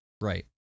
Right